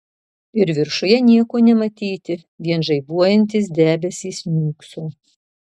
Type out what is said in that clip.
ir viršuje nieko nematyti vien žaibuojantis debesys niūkso